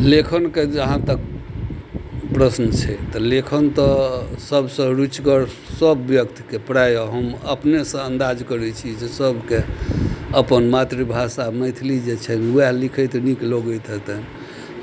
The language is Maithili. लेखनके जहाँ तक प्रश्न छै तऽ लेखन तऽ सभसँ रुचिक सभ व्यक्तिके प्रायः हम अपनेसँ अन्दाज करय छी जे सभके अपन मातृभाषा मैथिली जे छनि वएह लिखैत नीक लगैत हेतनि